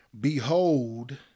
Behold